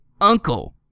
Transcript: uncle